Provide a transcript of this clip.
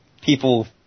people